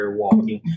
walking